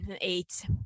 eight